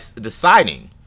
deciding